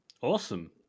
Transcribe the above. Awesome